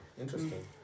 interesting